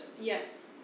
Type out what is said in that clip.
yes